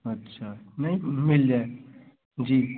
अच्छा नहीं मिल जाएगी जी